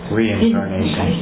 reincarnation